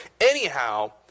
Anyhow